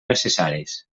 necessaris